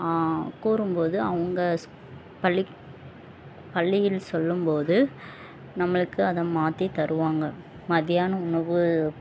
கூறும்போது அவங்க ஸ் பள்ளிக் பள்ளியில் சொல்லும்போது நம்மளுக்கு அதை மாற்றித் தருவாங்க மத்தியானம் உணவு